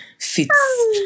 fits